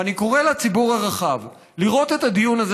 ואני קורא לציבור הרחב לראות את הדיון הזה